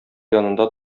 янында